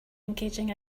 engaging